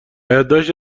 یادداشتی